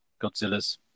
Godzillas